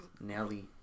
Nelly